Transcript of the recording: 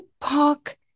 park